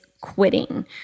quitting